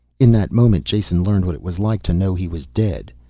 in that moment jason learned what it was like to know he was dead.